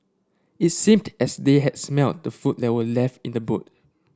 it seemed as they had smelt the food that were left in the boot